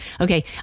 Okay